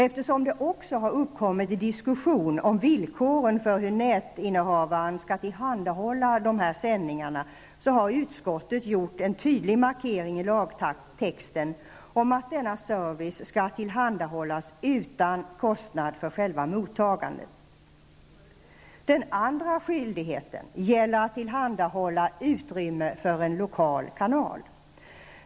Eftersom det också uppkommit diskussion om villkoren för hur nätinnehavaren skall tillhandahålla dessa sändningar har utskottet gjort en tydlig markering i lagtexten om att denna service skall tillhandahållas utan kostnad för själva mottagningen. Den andra skyldigheten gäller att tillhandahålla utrymme för en lokal kanal.